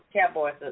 Cowboys